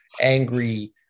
angry